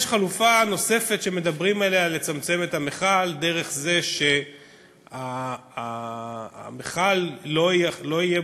יש חלופה נוספת שמדברים עליה: לצמצם את המכל דרך זה שבמכל לא יהיו